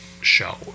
show